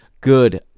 good